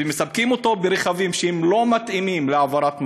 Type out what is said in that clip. ומספקים אותו בכלי רכב שהם לא מתאימים להעברת מזון,